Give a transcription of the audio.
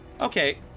Okay